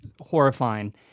horrifying